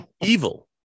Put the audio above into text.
Evil